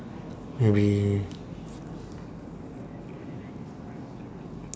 maybe